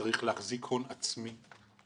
צריך להחזיק הון עצמי.